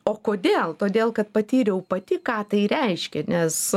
o kodėl todėl kad patyriau pati ką tai reiškia nes